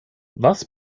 was